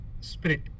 spirit